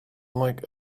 like